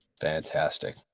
Fantastic